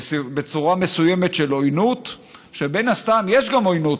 בצורה מסוימת של עוינות,